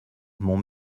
m’ont